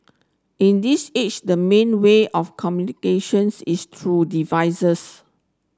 in this age the main way of communications is through devices